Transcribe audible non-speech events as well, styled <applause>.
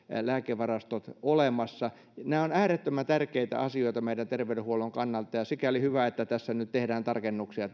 lääkevarastot olemassa nämä ovat äärettömän tärkeitä asioita meidän terveydenhuoltomme kannalta ja sikäli hyvä että tässä lakiesityksessä tehdään nyt tarkennuksia <unintelligible>